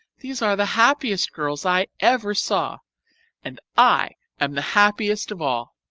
these are the happiest girls i ever saw and i am the happiest of all!